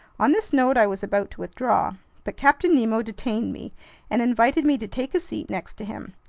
on this note i was about to withdraw but captain nemo detained me and invited me to take a seat next to him.